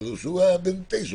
אבל כשהוא היה בן תשע,